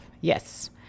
Yes